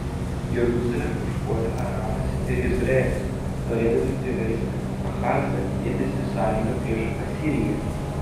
jeruzalę užpuolė aramas ir izraelis norėdami priversti ahazą dėtis į sąjungą prieš asiriją